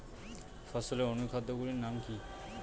ফসলের অনুখাদ্য গুলির নাম কি?